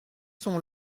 sont